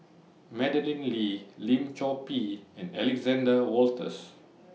Madeleine Lee Lim Chor Pee and Alexander Wolters